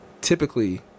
typically